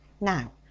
Now